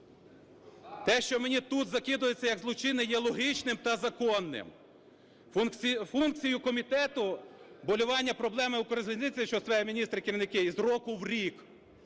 Те, що мені тут закидається як злочинне, є логічним та законним. Функцію комітету – вболівання проблеми "Укрзалізниці", що …… міністри і керівники із року в рік,